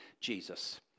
Jesus